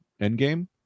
Endgame